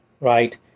right